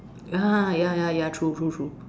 ya ya ya true true true